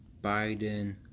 Biden